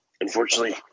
unfortunately